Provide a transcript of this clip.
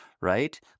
right